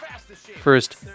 First